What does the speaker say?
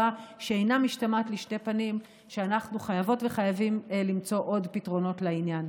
שאינה משתמעת לשת פנים שאנחנו חייבות וחייבים למצוא עוד פתרונות לעניין.